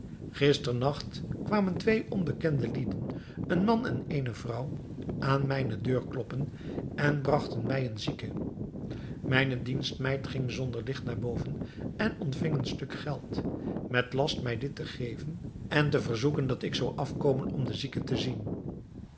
gisteren nacht kwamen twee onbekende lieden een man en eene vrouw aan mijne deur kloppen en bragten mij een zieke mijne dienstmeid ging zonder licht naar voren en ontving een stuk geld met last mij dit te geven en te verzoeken dat ik zou afkomen om den zieke te zien